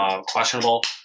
questionable